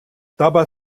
dabei